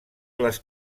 les